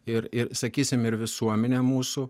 ir ir sakysim ir visuomenė mūsų